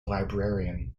librarian